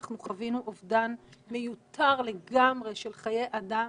אנחנו חווינו אובדן מיותר לגמרי של חיי אדם